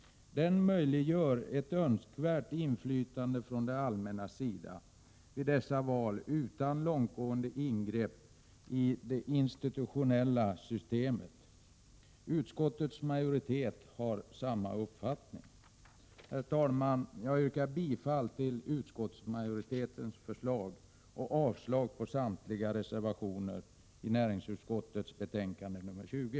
Den möjliggör ett önskvärt inflytande från det allmännas sida vid dessa val utan långtgående ingrepp i det institutionella systemet. Utskottets majoritet har samma uppfattning. Herr talman! Jag yrkar bifall till utskottsmajoritetens förslag och avslag på samtliga reservationer vid näringsutskottets betänkande nr 20.